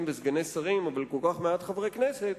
וסגני שרים אבל כל כך מעט חברי כנסת,